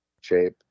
shape